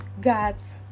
God's